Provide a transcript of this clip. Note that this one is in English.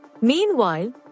Meanwhile